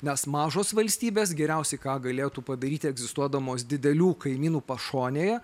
nes mažos valstybės geriausiai ką galėtų padaryti egzistuodamos didelių kaimynų pašonėje